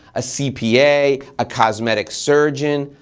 a cpa, a cosmetic surgeon,